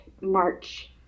March